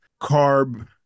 carb